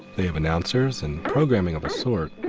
they have announcers and programming of a sort.